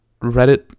reddit